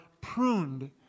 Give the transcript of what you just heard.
pruned